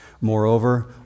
Moreover